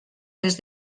les